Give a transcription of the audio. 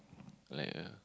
like uh